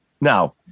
Now